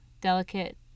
delicate